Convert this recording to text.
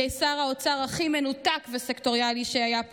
שר האוצר הכי מנותק וסקטוריאלי שהיה פה,